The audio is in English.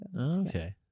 Okay